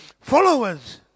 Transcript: followers